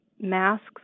masks